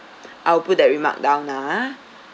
I'll put that remark down lah ah